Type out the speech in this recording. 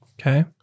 Okay